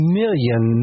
million